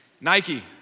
Nike